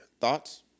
Thoughts